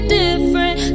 different